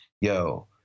yo